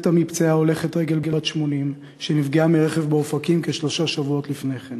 מתה מפצעיה הולכת רגל בת 80 שנפגעה מרכב באופקים כשלושה שבועות לפני כן.